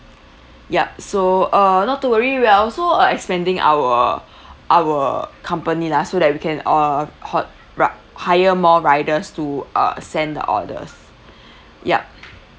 yup so uh not to worry we're also uh expanding our our company lah so that we can uh ho~ ru~ hire more riders to uh send the orders yup